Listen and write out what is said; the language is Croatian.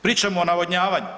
Pričamo o navodnjavanju.